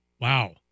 Wow